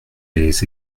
les